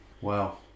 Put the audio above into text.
Wow